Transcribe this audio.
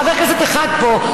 חבר כנסת אחד פה,